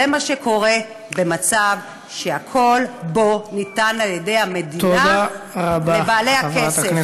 זה מה שקורה במצב שבו הכול ניתן על-ידי המדינה לבעלי הכסף.